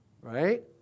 right